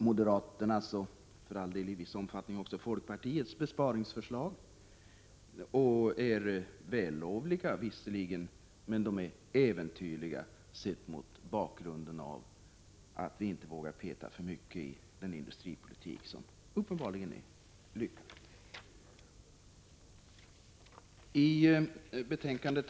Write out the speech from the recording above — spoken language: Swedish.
Moderaternas och för all del i viss omfattning också folkpartiets besparingsförslag är visserligen vällovliga, men de är äventyrliga, sett mot bakgrunden att vi inte vågar peta för mycket i den industripolitik som uppenbarligen är lyckad.